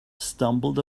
stumbled